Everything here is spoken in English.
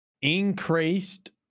Increased